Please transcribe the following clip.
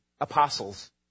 apostles